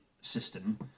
system